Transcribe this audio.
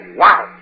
wow